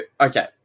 okay